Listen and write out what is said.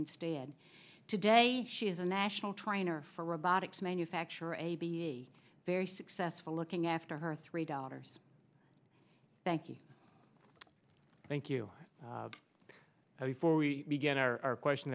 instead today she is a national trainer for robotics manufacturer a be a very successful looking after her three daughters thank you thank you before we begin our question